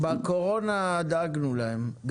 בקורונה דאגנו להם.